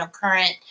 current